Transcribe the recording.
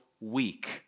week